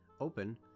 open